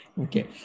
okay